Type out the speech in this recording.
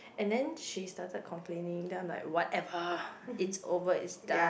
and then she started complaining then I'm like whatever it's over it's done